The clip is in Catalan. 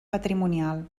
patrimonial